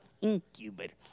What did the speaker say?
Incubator